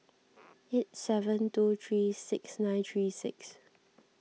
eight seven two three six nine three six